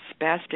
spastic